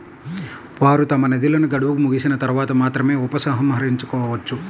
వారు తమ నిధులను గడువు ముగిసిన తర్వాత మాత్రమే ఉపసంహరించుకోవచ్చు